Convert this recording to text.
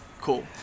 cool